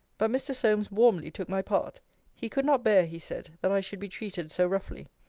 but mr. solmes warmly took my part he could not bear, he said, that i should be treated so roughly.